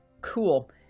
Cool